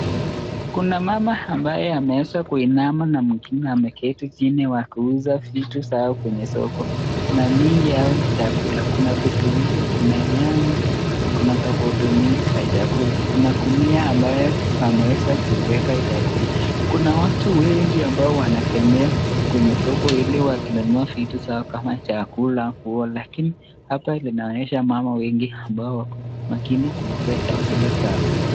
Kuna mama ambaye ameweza kuinama na mwingine ameketichini wakiuza vitu zao kwenye soko na nyingi yao ni chakula. Kuna vitunguu, kuna nyanya na kuna tofauti mingi za chakula. Kuna gunia ambayo ameweza kuiweka chakula, kuna watu wengi ambao wanatembea kwenye soko wakinunua vitu zao kama chakula lakini hapa inaonyesha mama wengine ambao wako wengine kuuza chakula chao.